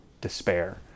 despair